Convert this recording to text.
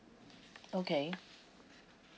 okay